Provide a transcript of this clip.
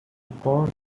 pause